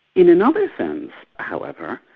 in another sense however,